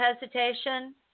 hesitation